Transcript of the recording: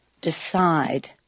decide